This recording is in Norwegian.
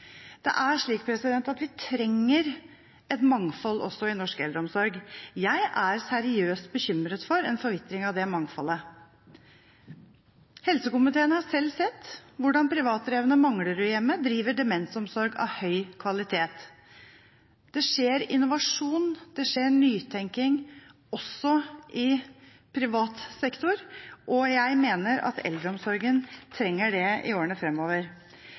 Det er slik at vi trenger et mangfold også i norsk eldreomsorg. Jeg er seriøst bekymret for en forvitring av det mangfoldet. Helsekomiteen har selv sett hvordan privatdrevne Manglerudhjemmet driver demensomsorg av høy kvalitet. Det skjer innovasjon, det skjer nytenkning også i privat sektor, og jeg mener at eldreomsorgen trenger det i årene fremover.